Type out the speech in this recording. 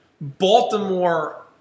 Baltimore